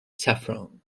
saffron